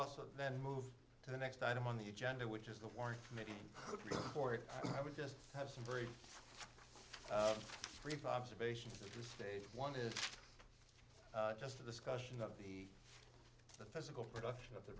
also then move to the next item on the agenda which is the fourth committee for it i would just have some very brief observations stage one is just a discussion of the physical production of the